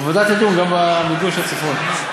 עבודה, גם במיגון של הצפון.